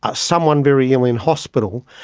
ah someone very ill in hospital,